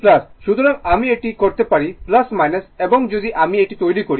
সুতরাং আমি এটি করতে পারি এবং যদি আমি এটি তৈরি করি এবং r KVL প্রয়োগ করি